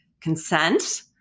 consent